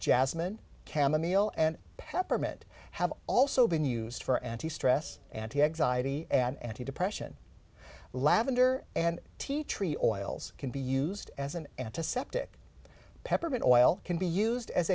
jasmine camel meal and peppermint have also been used for anti stress anti anxiety and to depression lavender and tea tree oil can be used as an antiseptic peppermint oil can be used as